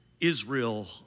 Israel